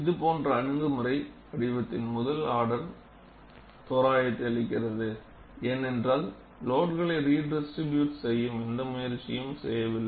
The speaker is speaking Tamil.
இது போன்ற அணுகுமுறை வடிவத்தின் முதல் ஆர்டர் தோராயத்தை அளிக்கிறது ஏனென்றால் லோடுகளை ரீடிஸ்ட்ரிபூட் செய்ய எந்த முயற்சியும் செய்யவில்லை